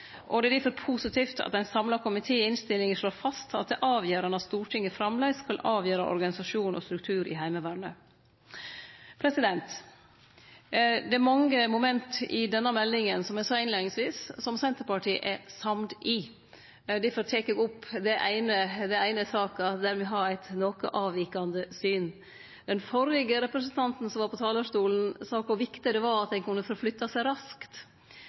Heimevernet. Det er difor positivt at ein samla komité i innstillinga slår fast at det er avgjerande at Stortinget framleis skal avgjere organisasjon og struktur i Heimevernet. Det er mange moment i denne proposisjonen – som eg sa innleiingsvis – som Senterpartiet er samd i. Difor tek eg opp det eine i saka der me har eit noko avvikande syn. Den førre representanten som var på talarstolen, sa kor viktig det var at ein kunne flytte seg raskt.